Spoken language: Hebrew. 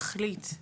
תכלית,